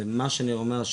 זה מה שאני אומר,